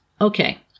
Okay